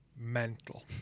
Mental